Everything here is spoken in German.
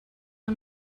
der